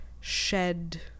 shed